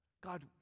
God